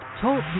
Talk